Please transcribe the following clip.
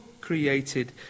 created